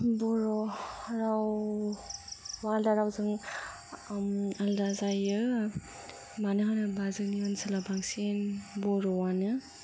बर' रावआ आलदा रावजों आलदा जायो मानो होनोबा जोंनि ओनसोलाव बांसिन बर'आनो